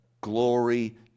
glory